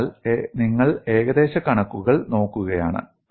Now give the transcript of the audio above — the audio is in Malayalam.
അതിനാൽ നിങ്ങൾ ഏകദേശ കണക്കുകൾ നോക്കുകയാണ്